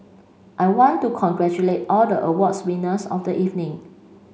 I want to congratulate all the awards winners of the evening